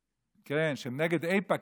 שהם נגד איפא"ק,